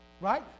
Right